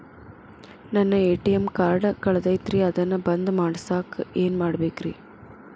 ನನ್ನ ATM card ಕಳದೈತ್ರಿ ಅದನ್ನ ಬಂದ್ ಮಾಡಸಾಕ್ ಏನ್ ಮಾಡ್ಬೇಕ್ರಿ?